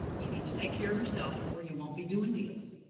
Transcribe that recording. you need to take care of yourself or you won't be doing deals.